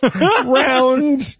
round